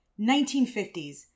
1950s